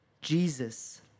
Jesus